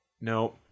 No